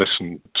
listen